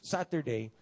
Saturday